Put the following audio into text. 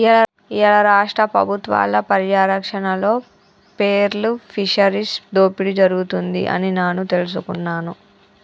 ఇయ్యాల రాష్ట్ర పబుత్వాల పర్యారక్షణలో పేర్ల్ ఫిషరీస్ దోపిడి జరుగుతుంది అని నాను తెలుసుకున్నాను